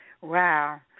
Wow